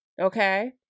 Okay